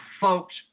Folks